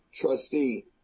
trustee